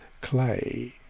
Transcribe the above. clay